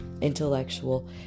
intellectual